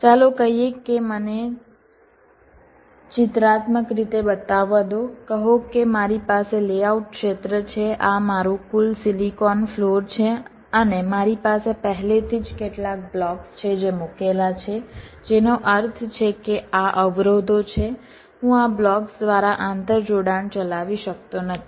ચાલો કહીએ કે મને ચિત્રાત્મક રીતે બતાવવા દો કહો કે મારી પાસે લેઆઉટ ક્ષેત્ર છે આ મારું કુલ સિલિકોન ફ્લોર છે અને મારી પાસે પહેલાથી જ કેટલાક બ્લોક્સ છે જે મૂકેલા છે જેનો અર્થ છે કે આ અવરોધો છે હું આ બ્લોક્સ દ્વારા આંતરજોડાણ ચલાવી શકતો નથી